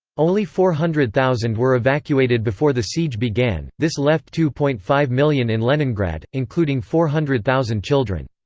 only four hundred thousand were evacuated before the siege began this left two point five million in leningrad, including four hundred thousand children.